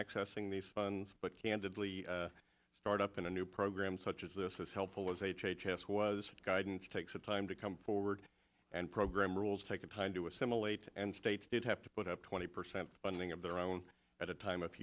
accessing these funds but candidly a start up in a new program such as this is helpful as h h s was guidance takes the time to come forward and program rules taking time to assimilate and states that have to put up twenty percent funding of their own at a time of